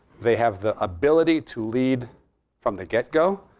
they have the ability to lead from the get go.